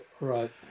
Right